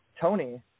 tony